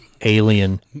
Alien